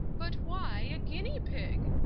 but why a guinea-pig?